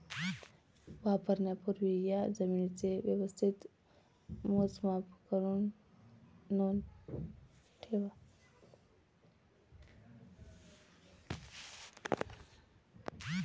वापरण्यापूर्वी या जमीनेचे व्यवस्थित मोजमाप करुन नोंद करुन ठेवा